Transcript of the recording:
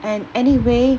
and anyway